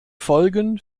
folgen